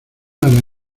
hará